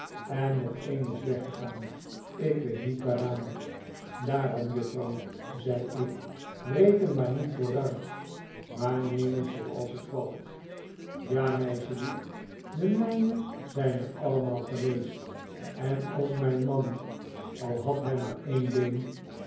en nog een is weggegaan ik weet niet waaraan daarom juffrouw zei ik reken maar niet vooruit maar neem het zooals het valt ja meisjelief de mijne zijn er allemaal geweest en ook mijn man al had hij maar een been